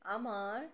আমার